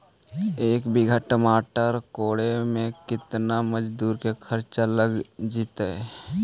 एक बिघा टमाटर कोड़े मे केतना मजुर के खर्चा लग जितै?